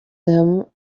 them